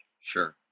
Sure